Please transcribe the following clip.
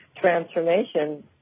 transformation